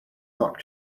not